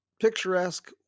picturesque